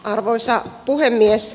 arvoisa puhemies